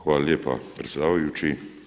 Hvala lijepa predsjedavajući.